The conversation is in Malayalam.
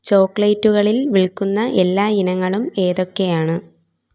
ചോക്ലേറ്റുകളിൽ വിൽക്കുന്ന എല്ലാ ഇനങ്ങളും ഏതൊക്കെയാണ്